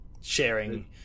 sharing